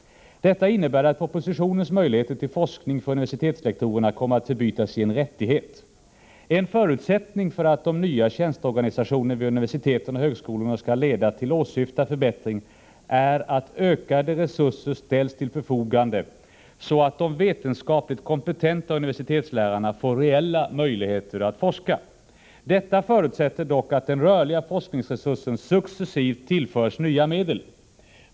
Detta innebär att propositionens möjlighet till forskning för universitetslektorerna kommer att förbytas i en rättighet. En förutsättning för att den nya tjänsteorganisationen vid universiteten och högskolorna skall leda till åsyftad förbättring är att ökade resurser ställs till förfogande, så att de vetenskapligt kompetenta universitetslärarna får reella möjligheter att forska. Detta förutsätter dock att den rörliga forskningsresursen successivt tillförs nya medel.